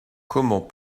comment